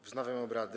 Wznawiam obrady.